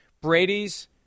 Brady's